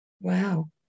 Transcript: Wow